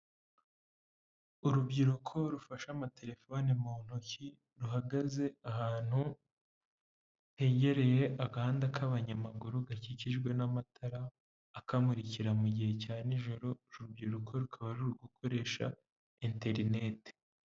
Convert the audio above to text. Urubyiruko rufashe amatelefone mu ntoki, ruhagaze ahantu hegereye agahanda k'abanyamaguru gakikijwe n'amatara akamurikira mu gihe cya nijoro, urubyiruko rukaba ruri gukoresha enterinete.